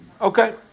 Okay